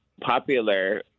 popular